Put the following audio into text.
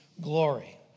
glory